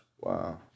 Wow